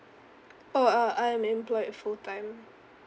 oh uh I'm employed full time